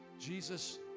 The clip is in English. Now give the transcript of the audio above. Jesus